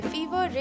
Fever